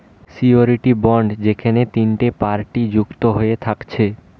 surety bond যেখেনে তিনটে party যুক্ত হয়ে থাকছে